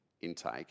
intake